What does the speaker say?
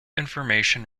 information